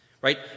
right